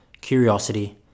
curiosity